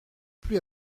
plus